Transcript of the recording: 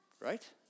Right